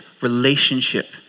relationship